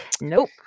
Nope